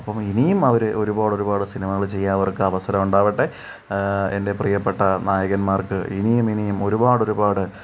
അപ്പം ഇനിയും അവർ ഒരുപാട് ഒരുപാട് സിനിമകൾ ചെയ്യാൻ അവർക്ക് അവസരം ഉണ്ടാവട്ടെ എൻ്റെ പ്രിയപ്പെട്ട നായകന്മാർക്ക് ഇനിയും ഇനിയും ഒരുപാട് ഒരുപാട്